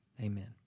Amen